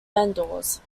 vendors